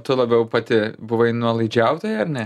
tu labiau pati buvai nuolaidžiautoja ar ne